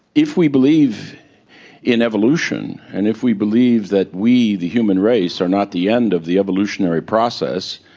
if we believe in evolution and if we believe that we, the human race, are not the end of the evolutionary process,